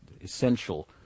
essential